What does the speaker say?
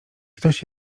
ktoś